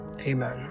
amen